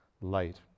light